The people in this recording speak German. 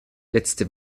letzte